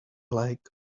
lack